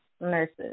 nurses